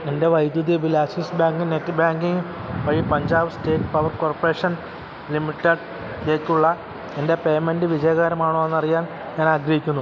എൻ്റെ വൈദ്യുതി bill Axis Bank മറ്റ് ബാങ്ക് വഴി പഞ്ചാബ് സ്റ്റേറ്റ് പവർ കോർപ്പറേഷൻ ലിമിറ്റഡിലേക്കുള്ള എൻ്റെ പേയ്മെൻ്റ് വിജയകരമാണോയെന്നറിയാൻ ഞാനാഗ്രഹിക്കുന്നു